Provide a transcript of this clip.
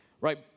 right